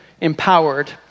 empowered